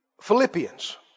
Philippians